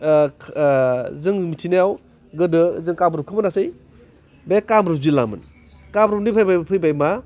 जों मिथिनायाव गोदो जों कामरुपखौ मोनासै बे कामरुप जिल्लामोन कामरुप फैबाय फैबाय मा